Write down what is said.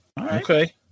Okay